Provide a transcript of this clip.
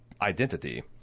identity